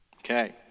Okay